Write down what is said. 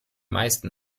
meisten